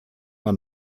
man